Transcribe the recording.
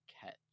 catch